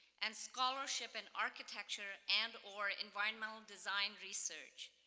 and scholarship in architecture and or environmental design research.